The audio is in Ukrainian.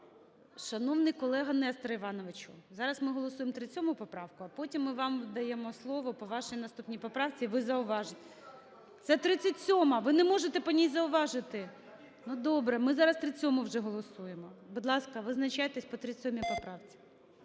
Шановний колега Нестор Іванович, зараз ми голосуємо 37 поправку, а потім ми вам даємо слово по вашій наступній поправці. Ви зауважите. Це 37-а, ви не можете по ній зауважити. (Шум у залі) Ну добре, ми зараз 37-у вже голосуємо. Будь ласка, визначайтесь по 37 поправці.